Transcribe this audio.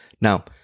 Now